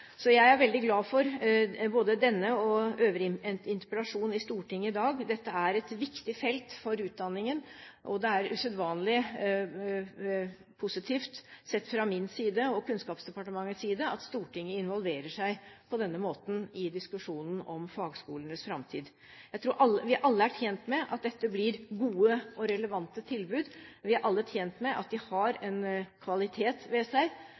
Så jeg er veldig glad for både denne og øvrige interpellasjon i Stortinget i dag. Dette er et viktig felt for utdanningen, og det er usedvanlig positivt sett fra min side og Kunnskapsdepartementets side at Stortinget på denne måten involverer seg i diskusjonen om fagskolenes framtid. Jeg tror vi alle er tjent med at dette blir gode og relevante tilbud. Vi er alle tjent med at fagskolene har en kvalitet ved seg,